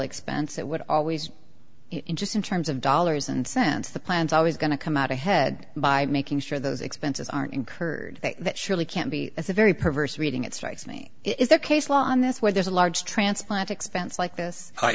expense that would always interest in terms of dollars and cents the plan's always going to come out ahead by making sure those expenses aren't incurred that surely can't be as a very perverse reading it strikes me is the case law on this where there's a large transplant expense like this i